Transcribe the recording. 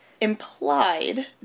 implied